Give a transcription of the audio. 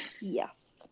Yes